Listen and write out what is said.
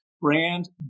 Brand